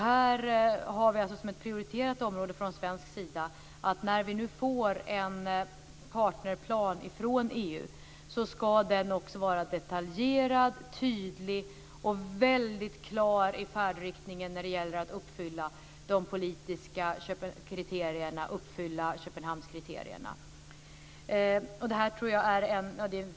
Här har vi som ett prioriterat område från svensk sida, att när vi får en partnerskapsplan från EU ska den vara detaljerad, tydlig och klar i färdriktningen när det gäller att uppfylla Köpenhamnskriterierna.